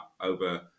over